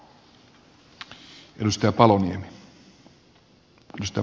arvoisa puhemies